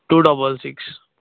two double six